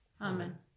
amen